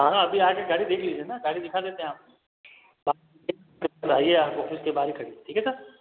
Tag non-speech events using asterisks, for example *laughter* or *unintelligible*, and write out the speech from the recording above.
हाँ हाँ अभी आके गाड़ी देख लीजिए ना गाड़ी दिखा देते है आपको बाकी *unintelligible* बाहर ही खड़ी है ठीक है सर